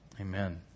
Amen